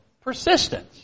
persistence